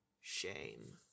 shame